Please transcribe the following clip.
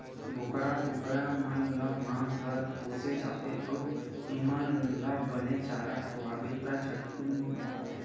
बोकरा, कुकरा मन ल मांस बर पोसे जाथे अउ एमन ल बने चारा खवाबे त झटकुन बाड़थे